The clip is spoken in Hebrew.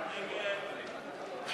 התשע"ב 2011,